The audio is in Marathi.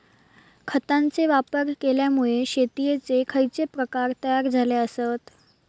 खतांचे वापर केल्यामुळे शेतीयेचे खैचे प्रकार तयार झाले आसत?